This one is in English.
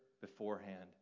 beforehand